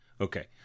Okay